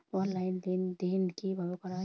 Online লেনদেন কিভাবে করা হয়?